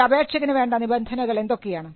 ഒരു അപേക്ഷകന് വേണ്ട നിബന്ധനകൾ എന്തൊക്കെയാണ്